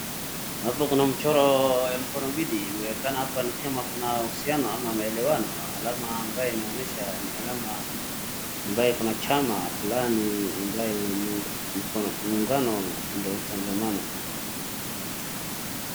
Hapo kuna mchoro ya mkono mbili. Imeonekana hapa ni kama kuna uhusiano ama maelewano, alama ambaye inaonyesha ni alama ambaye iko na chama, fulani ambaye muungano ndio utangamano.